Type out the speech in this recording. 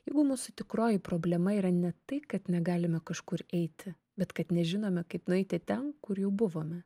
jeigu mūsų tikroji problema yra ne tai kad negalime kažkur eiti bet kad nežinome kaip nueiti ten kur jau buvome